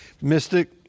mystic